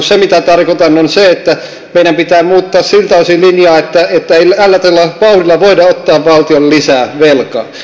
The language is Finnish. se mitä tarkoitan on se että meidän pitää muuttaa siltä osin linjaa että ei tällä tavalla vauhdilla voida ottaa valtiolle lisää velkaa